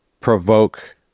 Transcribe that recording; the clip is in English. provoke